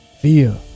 Fear